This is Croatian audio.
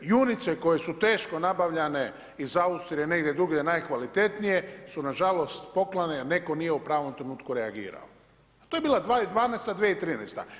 Junice koje su teško nabavljane iz Austrije, negdje drugdje najkvalitetnije su na žalost poklane, netko nije u pravom trenutku reagirao a to je bila 2012., 2013.